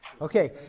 Okay